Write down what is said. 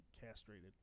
castrated